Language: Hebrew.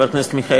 חבר הכנסת מיכאלי,